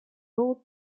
moe